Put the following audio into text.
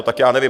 Tak já nevím.